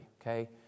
okay